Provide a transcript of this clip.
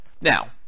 Now